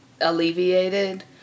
alleviated